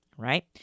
Right